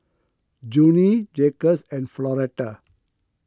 Junie Jaquez and Floretta